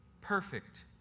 Perfect